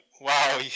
wow